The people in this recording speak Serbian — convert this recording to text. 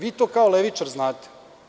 Vi to kao levičar znate.